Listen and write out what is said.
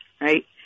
right